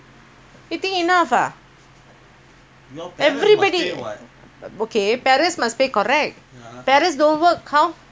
okay parents must pay correct parents don't work how